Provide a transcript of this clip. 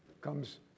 comes